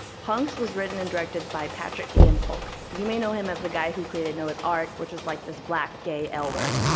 punks was written and directed by patrik-ian polk. you may know him as the guy who created noah's arc, which is like this black, gay l word.